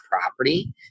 property